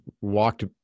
walked